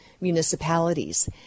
municipalities